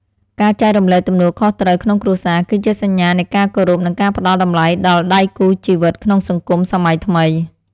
ការចែករំលែកទំនួលខុសត្រូវក្នុងគ្រួសារ គឺជាសញ្ញានៃការគោរពនិងការផ្តល់តម្លៃដល់ដៃគូជីវិតក្នុងសង្គមសម័យថ្មី។